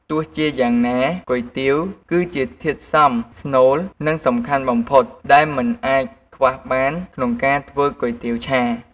ទោះជាយ៉ាងណា គុយទាវគឺជាធាតុផ្សំស្នូល និងសំខាន់បំផុត ដែលមិនអាចខ្វះបានក្នុងការធ្វើគុយទាវឆា។